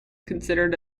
considered